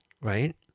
Right